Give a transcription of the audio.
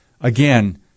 again